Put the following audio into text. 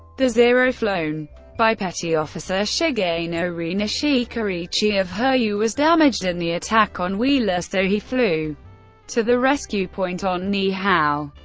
the zero flown by petty officer shigenori nishikaichi of hiryu was damaged in the attack on wheeler, so he flew to the rescue point on niihau.